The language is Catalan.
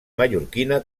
mallorquina